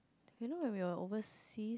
you know when we were overseas